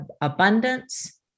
abundance